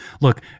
look